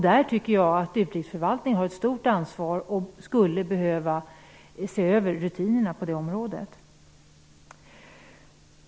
Där tycker jag att utrikesförvaltningen har ett stort ansvar, och man skulle behöva se över rutinerna på det området.